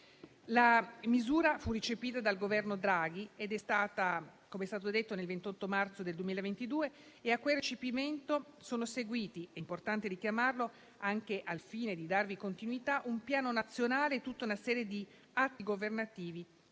Tale misura fu recepita dal Governo Draghi - come è stato detto - il 28 marzo 2022, e a quel recepimento sono seguiti - è importanti richiamarlo anche al fine di darvi continuità - un piano nazionale e tutta una serie di atti governativi